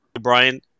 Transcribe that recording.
Brian